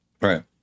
right